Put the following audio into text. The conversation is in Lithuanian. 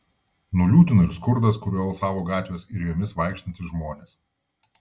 nuliūdino ir skurdas kuriuo alsavo gatvės ir jomis vaikštantys žmonės